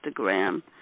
Instagram